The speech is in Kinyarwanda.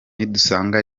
nidusanga